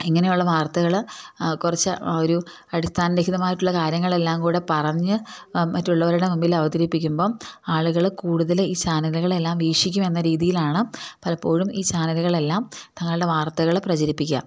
ഇങ്ങനെയുള്ള വാർത്തകൾ കുറച്ചു ഒരു അടിസ്ഥാാനരഹിതമായിട്ടുള്ള കാര്യങ്ങളെല്ലാം കൂടെ പറഞ്ഞു മറ്റുള്ളവരുടെ മുമ്പിൽ അവതരിപ്പിക്കുമ്പം ആളുകൾ കൂടുതൽ ഈ ചാനലുകളെല്ലാം വീക്ഷിക്കും എന്ന രീതിയിലാണ് പലപ്പോഴും ഈ ചാനലുകളെല്ലാം തങ്ങളുടെ വാർത്തകൾ പ്രചരിപ്പിക്കുക